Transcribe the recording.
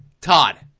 Todd